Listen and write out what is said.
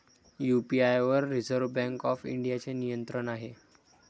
UPI वर reserve bank of इंडियाचे नियंत्रण आहे